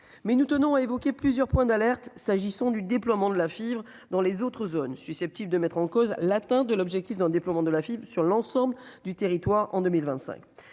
mais nous tenons évoqué plusieurs points d'alerte s'agissant du déploiement de la fibre dans les autres zones susceptibles de mettre en cause l'atteinte de l'objectif d'un déploiement de la fibre, sur l'ensemble du territoire en 2025